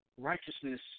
Righteousness